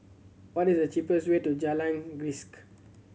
what is the cheapest way to Jalan Grisek